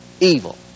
evil